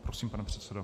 Prosím, pane předsedo.